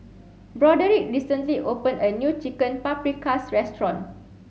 Broderick recently open a new Chicken Paprikas restaurant